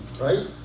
right